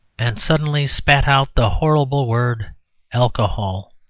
and suddenly spat out the horrible word alcohol.